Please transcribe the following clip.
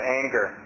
anger